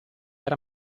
era